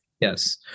Yes